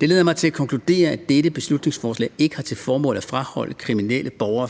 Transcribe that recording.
Det leder mig til at konkludere, at dette beslutningsforslag ikke har til formål at afholde kriminelle borgere